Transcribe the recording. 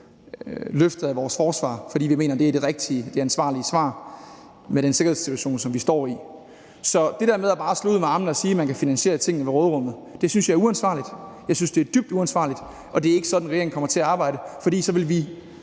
løftet af forsvaret, fordi vi mener, at det er det rigtige og det ansvarlige svar, med den sikkerhedssituation, som vi står i. Så det der med bare at slå ud med armene og sige, at man kan finansiere tingene med råderummet, synes jeg er uansvarligt. Jeg synes, det er dybt uansvarligt, og det er ikke sådan, regeringen kommer til at arbejde, for så ville vi